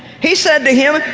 he said to him,